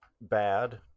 bad